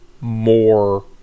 more